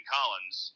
Collins